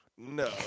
No